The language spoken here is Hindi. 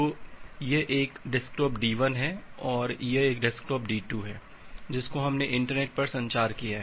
तो यह एक डेस्कटॉप D1 है यह एक और डेस्कटॉप D2 है जिसका हमने इंटरनेट पर संचार किया है